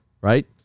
right